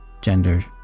gender